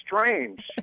strange